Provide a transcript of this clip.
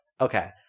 Okay